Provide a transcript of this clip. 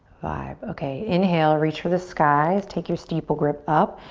vibe. okay, inhale reach for the skies. take your steeple grip up.